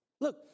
Look